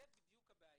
בדיוק הבעיה.